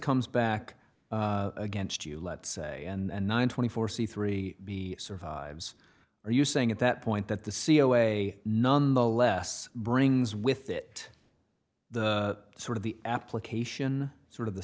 comes back against you let's say and nine twenty four c three b survives are you saying at that point that the c e o a none the less brings with it the sort of the application sort of the